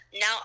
now